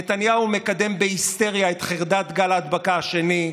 נתניהו מקדם בהיסטריה את חרדת גל ההדבקה השני.